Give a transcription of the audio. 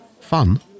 Fun